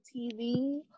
tv